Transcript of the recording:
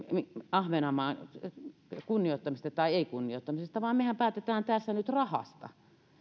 ahvenanmaan kunnioittamisesta tai ei kunnioittamisesta vaan mehän päätämme tässä nyt rahasta